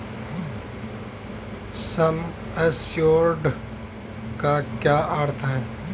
सम assured का क्या अर्थ है?